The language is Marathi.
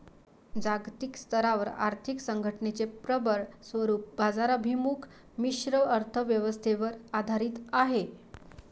जागतिक स्तरावर आर्थिक संघटनेचे प्रबळ स्वरूप बाजाराभिमुख मिश्र अर्थ व्यवस्थेवर आधारित आहे